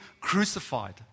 crucified